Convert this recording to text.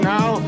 now